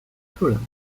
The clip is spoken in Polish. królem